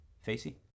Facey